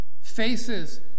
faces